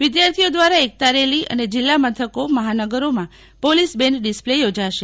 વિદ્યાર્થીઓ દ્વારા એકતા રેલી અને જિલ્લા મથકો મહાનગરોમાં પોલીસ બેન્ડ ડિસ્પ્લે યોજાશે